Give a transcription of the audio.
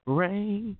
rain